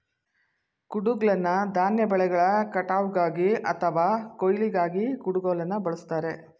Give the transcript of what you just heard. ಕುಡುಗ್ಲನ್ನ ಧಾನ್ಯ ಬೆಳೆಗಳ ಕಟಾವ್ಗಾಗಿ ಅಥವಾ ಕೊಯ್ಲಿಗಾಗಿ ಕುಡುಗೋಲನ್ನ ಬಳುಸ್ತಾರೆ